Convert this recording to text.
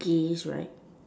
gays right